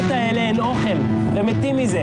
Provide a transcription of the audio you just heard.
אין לנו חלוקה פנימית,